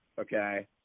Okay